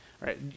right